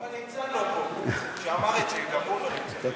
גם הליצן לא פה, שאמר את זה, גם הוא לא נמצא.